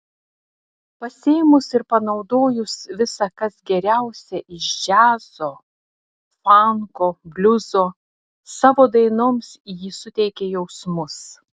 pasiėmus ir panaudojus visa kas geriausia iš džiazo fanko bliuzo savo dainoms ji suteikia jausmus